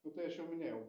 nu tai aš jau minėjau